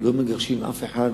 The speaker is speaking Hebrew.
לא מגרשים אף אחד,